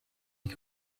die